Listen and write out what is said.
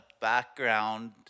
background